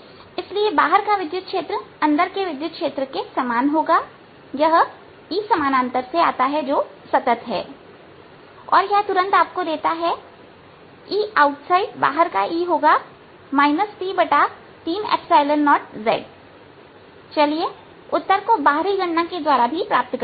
इसलिए बाहर का विद्युत क्षेत्र अंदर के विद्युत क्षेत्र के समान होगा और यह E से आता है जो सतत है और यह तुरंत आपको देता है कि Eoutside P30zचलिए उत्तर को बाहरी गणना के द्वारा भी प्राप्त करते हैं